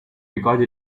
because